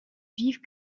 vives